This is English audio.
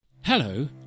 Hello